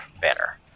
banner